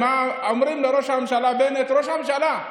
אומרים לראש הממשלה בנט: ראש הממשלה,